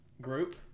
Group